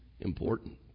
important